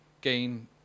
gain